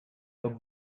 were